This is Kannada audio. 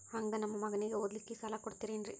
ಹಂಗ ನಮ್ಮ ಮಗನಿಗೆ ಓದಲಿಕ್ಕೆ ಸಾಲ ಕೊಡ್ತಿರೇನ್ರಿ?